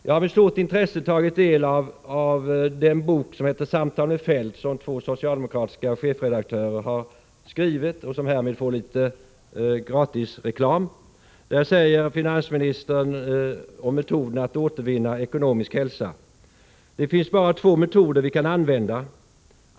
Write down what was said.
Jag har med stort intresse tagit del av den bok, Samtal med Feldt, som två socialdemokratiska chefredaktörer har skrivit och som härmed får litet gratisreklam. Där säger finansministern om metoden att återvinna ekonomisk hälsa: ”Det finns bara två metoder vi kan använda.